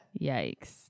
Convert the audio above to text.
Yikes